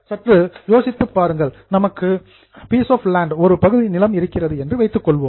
சற்று யோசித்துப் பாருங்கள் நமக்கு பீஸ் ஆஃப் லேண்ட் ஒரு பகுதி நிலம் இருக்கிறது என்று வைத்துக்கொள்வோம்